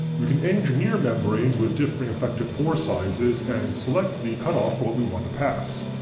we can engineer membranes with differing effective pore sizes and select the cutoff for what we want to pass.